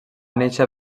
néixer